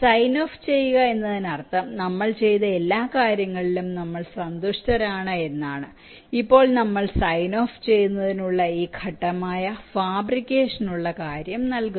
sign off ചെയ്യുക എന്നതിനർത്ഥം നമ്മൾ ചെയ്ത എല്ലാ കാര്യങ്ങളിലും നമ്മൾ സന്തുഷ്ടരാണ് എന്നാണ് ഇപ്പോൾ നമ്മൾ സൈൻ ഓഫ് ചെയ്യുന്നതിനുള്ള ഈ ഘട്ടമായ ഫാബ്രിക്കേഷനുള്ള കാര്യം നൽകുന്നു